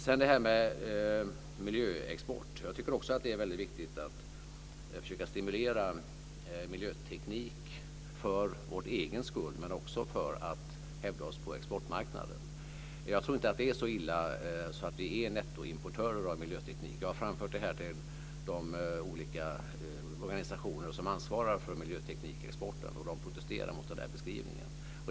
Sedan frågan om miljöexport. Jag tycker också att det är väldigt viktigt att försöka stimulera miljöteknik för vår egen skull men också för att hävda oss på exportmarknaden. Jag tror inte att det är så illa att vi är nettoimportörer av miljöteknik. Jag har framfört det till de olika organisationer som ansvarar för miljöteknikexporten, och de protesterar mot den beskrivningen.